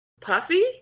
puffy